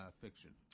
Fiction